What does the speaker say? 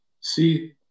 See